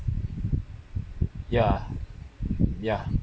ya ya